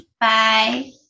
Bye